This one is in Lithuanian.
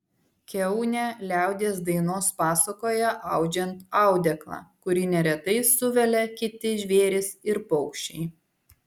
kiaunę liaudies dainos pasakoja audžiant audeklą kurį neretai suvelia kiti žvėrys ir paukščiai